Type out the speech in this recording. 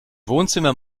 wohnzimmer